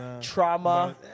trauma